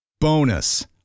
BONUS